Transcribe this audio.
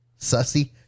sussy